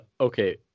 okay